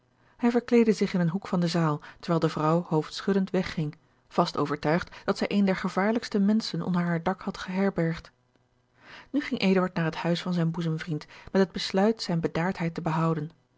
hij verkleedde zich in een hoek van de zaal terwijl de vrouw hoofdschuddend wegging vast overtuigd dat zij een der gevaarlijkste menschen onder haar dak had geherbergd nu ging eduard naar het huis van zijn boezemvriend met het besluit zijne bedaardheid te behouden